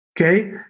Okay